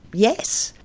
yes.